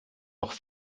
noch